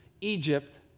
Egypt